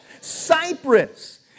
Cyprus